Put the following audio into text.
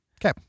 okay